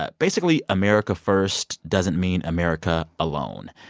ah basically, america first doesn't mean america alone.